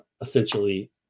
essentially